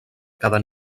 cada